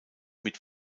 mit